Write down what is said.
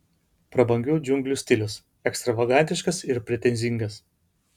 prabangių džiunglių stilius ekstravagantiškas ir pretenzingas